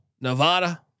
Nevada